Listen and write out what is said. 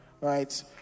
right